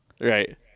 Right